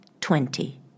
twenty